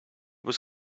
was